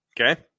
Okay